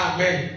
Amen